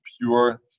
pure